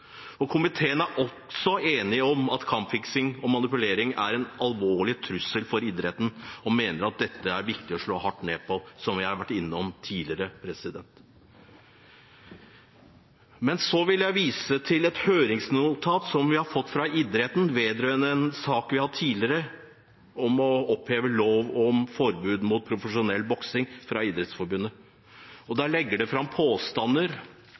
Komiteen er også enig om at kampfiksing og manipulering er en alvorlig trussel for idretten, og mener at dette er det viktig å slå hardt ned på, som jeg har vært innom tidligere. Jeg vil så vise til et høringsnotat som vi har fått fra Idrettsforbundet vedrørende en sak vi har hatt tidligere om å oppheve lov om forbud mot profesjonell boksing. Der settes det fram påstander om at det